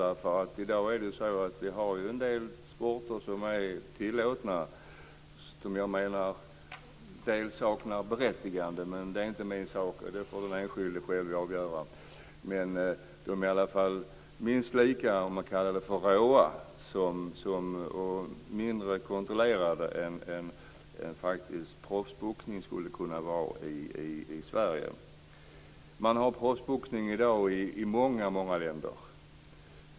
I dag är det så att vi har en del sporter som är tillåtna, av vilka jag menar en del saknar berättigande, men det är inte min sak - det får den enskilde avgöra - men dessa sporter är i alla fall minst lika råa, och mindre kontrollerade, än proffsboxning skulle kunna vara i Sverige. Man har i dag proffsboxning i många länder.